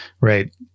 right